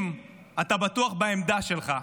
אם אתה בטוח בעמדה שלך,